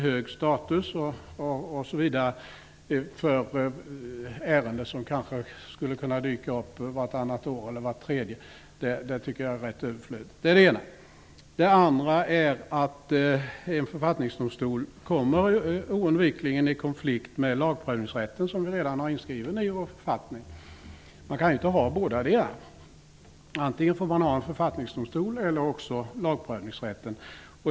Jag tycker att det är rätt överflödigt att tillsätta ett nytt domstolsorgan med hög status osv. för ärenden som skulle kunna dyka upp kanske vartannat eller vart tredje år. En författningsdomstol kommer vidare oundvikligen i konflikt med lagprövningsrätten, som redan är inskriven i vår författning. Man kan inte ha bådadera. Antingen får man ha en författningsdomstol eller en lagprövningsrätt.